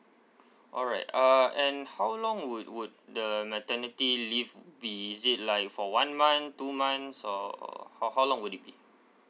alright uh and how long would would the maternity leave be is it like for one month two months or how how long would it be